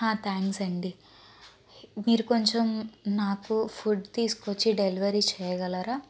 thanks అండి మీరు కొంచెం నాకు ఫుడ్ తీసుకువచ్చి డెలివరీ చేయ్యగలరా